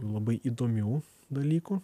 labai įdomių dalykų